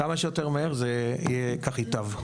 כמה שיותר מהר, כך ייטב.